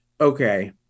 okay